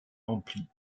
empire